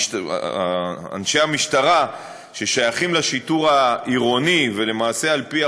אנשי המשטרה ששייכים לשיטור העירוני ולמעשה על פי